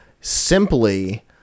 simply